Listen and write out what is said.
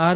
R